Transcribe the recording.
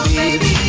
baby